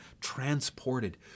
transported